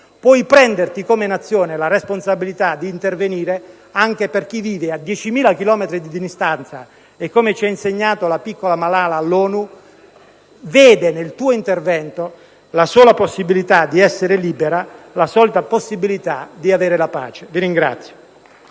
puoi prenderti, come Nazione, la responsabilità di intervenire anche per chi vive a 10.000 chilometri di distanza e che, come ci ha insegnato la piccola Malala all'ONU, vede nel tuo intervento la sola possibilità di essere libero, la sola possibilità di avere la pace. *(Applausi